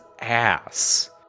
ass